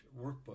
workbook